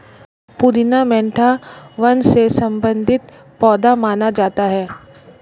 पुदीना मेंथा वंश से संबंधित पौधा माना जाता है